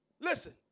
Listen